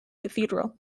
cathedral